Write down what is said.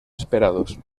esperados